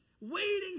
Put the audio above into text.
waiting